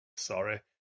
sorry